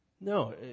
no